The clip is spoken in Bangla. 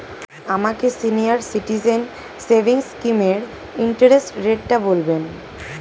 আমাকে সিনিয়র সিটিজেন সেভিংস স্কিমের ইন্টারেস্ট রেটটা বলবেন